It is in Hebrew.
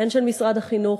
הן של משרד החינוך,